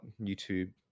YouTube